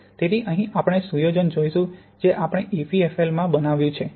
તેથી અહીં આપણે સુયોજન જોઇશું જે આપણે ઇપીએફએલ માં બનાવ્યું છે